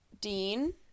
Dean